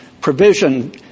provision